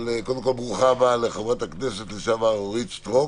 אבל ברוכה הבאה חברת הכנסת לשעבר אורית סטרוק